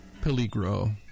Peligro